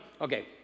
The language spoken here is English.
Okay